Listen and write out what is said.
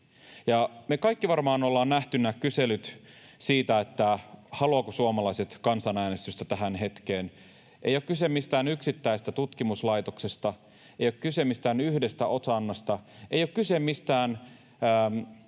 Me kaikki varmaan olemme nähneet nämä kyselyt siitä, haluavatko suomalaiset kansan-äänestystä tähän hetkeen. Ei ole kyse mistään yksittäisestä tutkimuslaitoksesta, ei ole kyse mistään yhdestä otannasta, ei ole kyse mistään